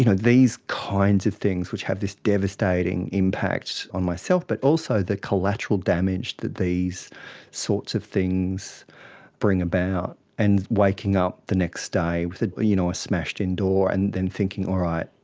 you know these kinds of things which had this devastating impact on myself but also the collateral damage that these sorts of things bring about, and waking up the next day with a you know smashed-in door and then thinking, all right,